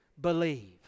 believe